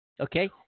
Okay